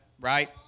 Right